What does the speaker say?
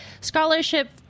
scholarship